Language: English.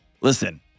listen